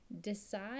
decide